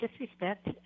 disrespect